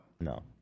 no